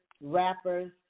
rappers